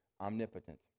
omnipotent